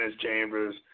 Chambers